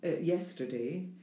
yesterday